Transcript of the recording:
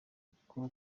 akora